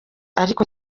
ariko